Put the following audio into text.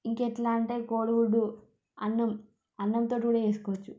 ఇంకెట్లా అంటే కోడిగుడ్డు అన్నం అన్నంతోటి కూడా చేసుకోవచ్చు